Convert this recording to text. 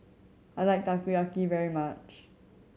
I like Takoyaki very much